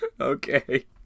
Okay